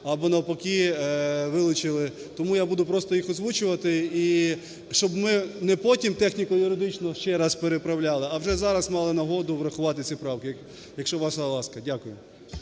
або навпаки вилучили. Тому я буду просто їх озвучувати, щоб ми не потім техніко-юридично ще раз переправляли, а вже зараз мали нагоду врахувати ці правки, якщо ваша ласка. Дякую.